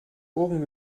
ohren